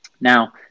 Now